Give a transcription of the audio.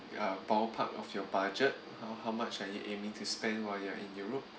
a ballpark of your budget how how much are you aiming to spend while you are in europe